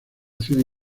ciudad